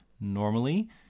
Normally